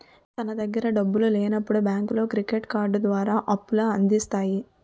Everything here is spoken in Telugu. తన దగ్గర డబ్బులు లేనప్పుడు బ్యాంకులో క్రెడిట్ కార్డు ద్వారా అప్పుల అందిస్తాయి